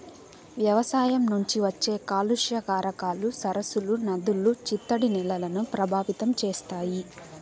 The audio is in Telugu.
వ్యవసాయం నుంచి వచ్చే కాలుష్య కారకాలు సరస్సులు, నదులు, చిత్తడి నేలలను ప్రభావితం చేస్తాయి